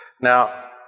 Now